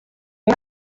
una